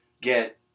get